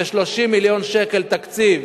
ו-30 מיליון שקל תקציב